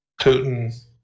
Putin